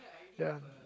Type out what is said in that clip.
ya